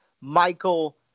Michael